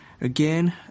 Again